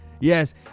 Yes